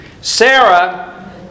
Sarah